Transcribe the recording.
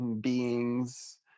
beings